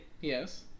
Yes